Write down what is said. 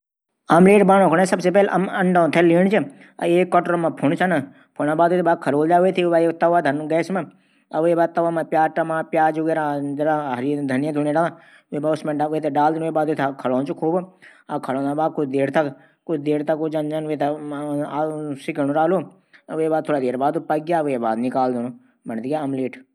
एक अंडा माइक्रोवेव मा पकांडू सबसे पैली हमथै अंडा थै माइक्रोवेव मा कुछ टैम कू रखंण और वे मा टैम फिट कैरी देन। फिर जब टैम पूर हवे जालू तब भैर निकलण तब चोली चाली ले मां जू भी मिलाणा मिलैकी फिर मसीन पुटक रख दिण फिर जब पक जालू तब भैर निकाल दिण।